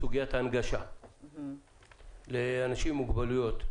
בסוגיית ההנגשה לאנשים עם מוגבלויות.